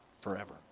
forever